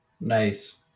Nice